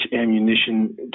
ammunition